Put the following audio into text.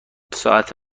ساعت